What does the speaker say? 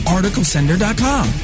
ArticleSender.com